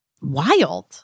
wild